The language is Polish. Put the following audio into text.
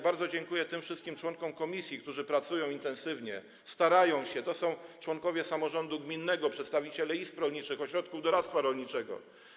Bardzo dziękuję tym wszystkim członkom komisji, którzy pracują intensywnie, starają się, to są członkowie samorządu gminnego, przedstawiciele izb rolniczych, ośrodków doradztwa rolniczego.